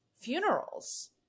funerals